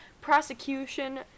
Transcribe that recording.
Prosecution